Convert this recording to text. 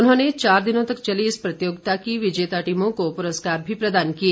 उन्होंने चार दिनों तक चली इस प्रतियोगिता की विजेता टीमों को पुरस्कार भी प्रदान किए